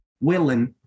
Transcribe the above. willing